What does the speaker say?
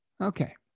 Okay